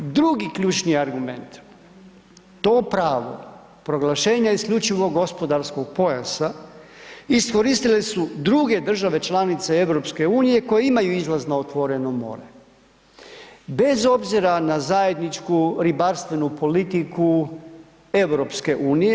Drugi ključni argument, to pravo proglašenja isključivog gospodarskog pojasa iskoristile su druge države članice EU koje imaju izlaz na otvoreno more bez obzira na zajedničku ribarstvenu politiku EU.